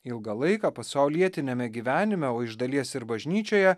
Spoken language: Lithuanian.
ilgą laiką pasaulietiniame gyvenime o iš dalies ir bažnyčioje